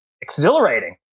exhilarating